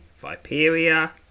Viperia